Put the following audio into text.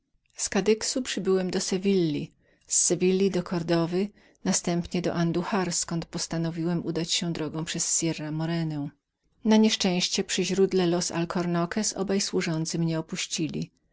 z kadyxu przybyłem do sewilli z sewilli do kordowy następnie do anduhar zkąd postanowiłem obrócić drogę przez sierra morena na nieszczęście przy źródle w alcornoques oba służący mnie opuścili